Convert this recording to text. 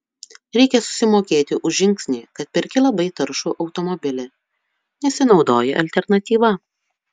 reikia susimokėti už žingsnį kad perki labai taršų automobilį nesinaudoji alternatyva